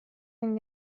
این